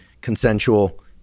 consensual